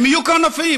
הם יהיו קרנפים.